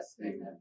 Amen